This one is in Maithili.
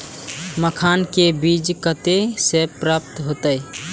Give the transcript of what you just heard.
मखान के बीज कते से प्राप्त हैते?